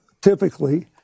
typically